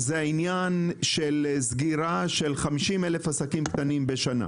הוא סגירה של 50,000 עסקים קטנים בשנה.